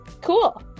Cool